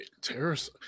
Terrace